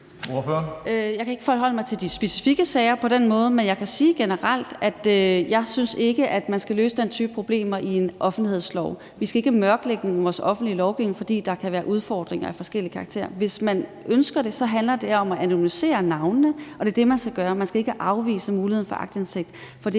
Jeg kan ikke forholde mig til de specifikke sager på den måde, men jeg kan sige generelt, at jeg ikke synes, at man skal løse den type problemer i en offentlighedslov. Vi skal ikke have en mørklægning af vores offentlige lovgivning, fordi der kan være udfordringer af forskellig karakter. Hvis man ønsker det, handler det om at anonymisere navnene, og det er det, man skal gøre, og man skal ikke afvise muligheden for aktindsigt. For det